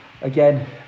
Again